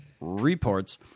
reports